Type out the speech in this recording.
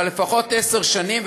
אבל לפחות עשר שנים,